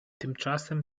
tymczasem